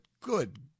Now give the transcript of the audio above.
good